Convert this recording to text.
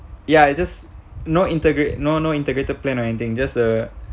ya it just no integrate no no integrated plan or anything just uh